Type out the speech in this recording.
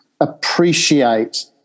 appreciate